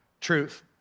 truth